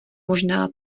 možná